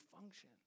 function